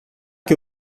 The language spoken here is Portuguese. que